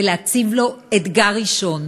ולהציב לו אתגר ראשון: